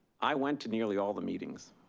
i went to nearly all the meetings.